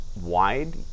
wide